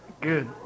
Good